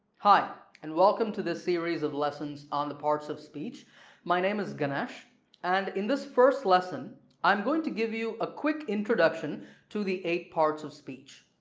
hi and welcome to this series of lessons on the parts of speech my name is ganesh and in this first lesson i'm going to give you a quick introduction to the eight parts of speech.